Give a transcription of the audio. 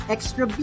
Extra